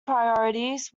priorities